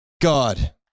God